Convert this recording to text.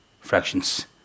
fractions